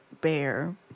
bear